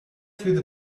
through